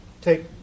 take